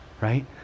right